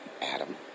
Adam